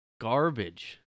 garbage